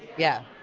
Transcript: yeah.